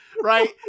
Right